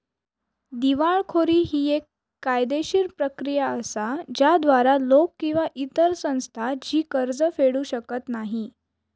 दिवाळखोरी ही येक कायदेशीर प्रक्रिया असा ज्याद्वारा लोक किंवा इतर संस्था जी कर्ज फेडू शकत नाही